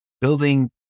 building